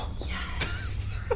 Yes